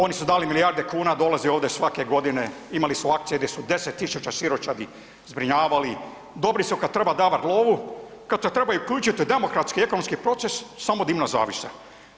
Oni su dali milijarde kuna, dolaze ovdje svake godine, imali su akcije gdje su 10 000 siročadi zbrinjavali, dobri su kad treba davat lovu, kad se trebaju uključit u demokratski, ekonomski proces, samo dimna zavjesa.